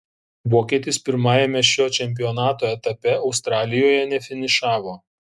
vokietis pirmajame šio čempionato etape australijoje nefinišavo